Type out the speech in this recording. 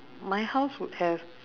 my house would have